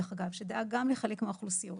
שדאג לחלק מהאוכלוסיות,